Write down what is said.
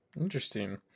Interesting